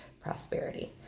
prosperity